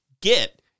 get